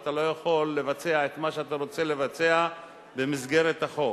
ואתה לא יכול לבצע את מה שאתה רוצה לבצע במסגרת החוק.